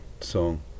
song